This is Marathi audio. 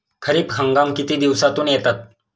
खरीप हंगाम किती दिवसातून येतात?